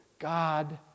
God